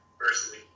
personally